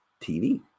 TV